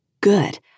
Good